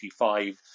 1985